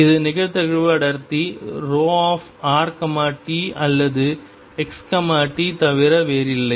இது நிகழ்தகவு அடர்த்தி ρrt அல்லது xt தவிர வேறில்லை